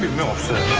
military